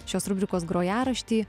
šios rubrikos grojaraštį